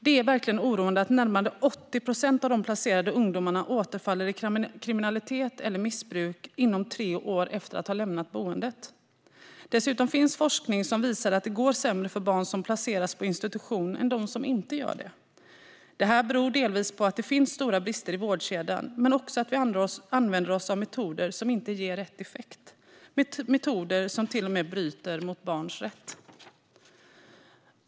Det är verkligen oroande att närmare 80 procent av de placerade ungdomarna återfaller i kriminalitet eller missbruk inom tre år efter att de har lämnat boendet. Dessutom finns forskning som visar att det går sämre för barn som placeras på institution än för dem som inte gör det. Detta beror delvis på att det finns stora brister i vårdkedjan men också på att vi använder oss av metoder som inte ger rätt effekt. Det är metoder som till och med bryter mot barns rätt.